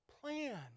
plan